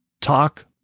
talk